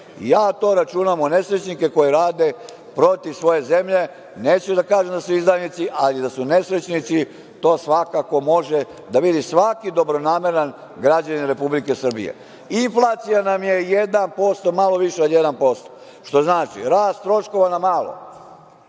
Ja to računam u nesrećnike koji rade protiv svoje zemlje. Neću da kažem da su izdajnici, ali da su nesrećnici, to svakako može da vidi svaki dobronameran građanin Republike Srbije. Inflacija nam je malo više od 1%, što znači - rast troškova na malo